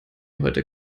heute